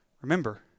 remember